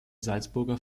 salzburger